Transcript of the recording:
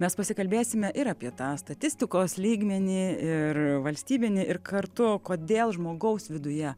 mes pasikalbėsime ir apie tą statistikos lygmenį ir valstybinį ir kartu kodėl žmogaus viduje